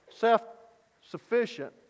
self-sufficient